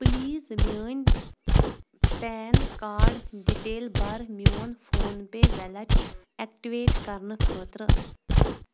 please میٛٲنۍ PAN card detail بَر میون فون پے وٮ۪لٮ۪ٹ اٮ۪کٹِویٹ کرنہٕ خٲطرٕ